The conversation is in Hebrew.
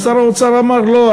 אז שר האוצר אמר: לא,